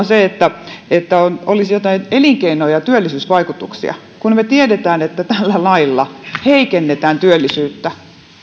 se näkökulma että olisi jotain elinkeino ja työllisyysvaikutuksia kun me tiedämme että tällä lailla heikennetään työllisyyttä